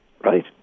right